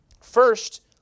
First